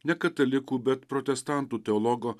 ne katalikų bet protestantų teologo